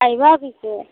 আহিবা পিছে